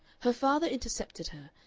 her father intercepted her,